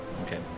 Okay